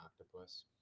octopus